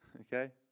Okay